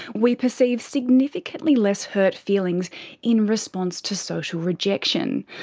we perceive significantly less hurt feelings in response to social rejection.